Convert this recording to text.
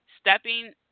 Stepping